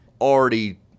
already